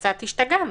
קצת השתגענו,